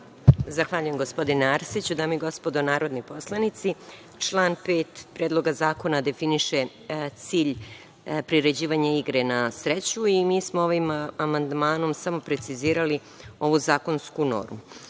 Zahvaljujem, gospodine Arsiću. Dame i gospodo narodni poslanici, član 5. Predloga zakona definiše cilj priređivanja igre na sreću i mi smo ovim amandmanom samo precizirali ovu zakonsku normu.